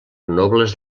nobles